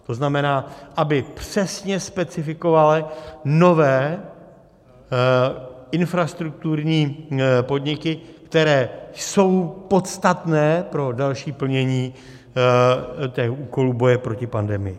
To znamená, aby přesně specifikovala nové infrastrukturní podniky, které jsou podstatné pro další plnění úkolů boje proti pandemii.